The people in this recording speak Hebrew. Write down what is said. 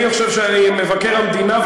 אני חושב שמבקר המדינה,